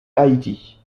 haïti